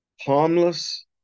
harmless